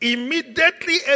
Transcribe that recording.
Immediately